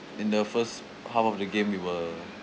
in the first half of the game we were